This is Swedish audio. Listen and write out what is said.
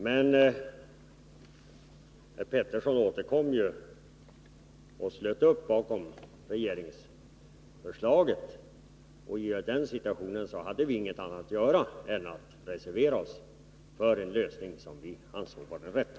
Men herr Petersson återkom ju till utskottet och slöt upp bakom regeringsförslaget, och i den situationen hade vi socialdemokrater inget annat att göra än att reservera oss för den lösning vi ansåg vara den rätta.